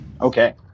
Okay